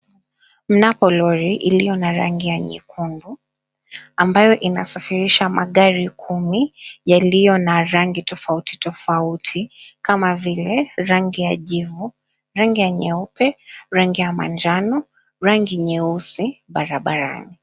Napo lori iliyo na rangi nyekundu, ambayo inasafirisha magari kumi yaliyo na rangi tofauti tofauti kama vile rangi ya jivu, rangi ya nyeupe, rangi ya njano, rangi nyeusi barabarani.